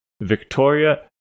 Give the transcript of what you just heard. Victoria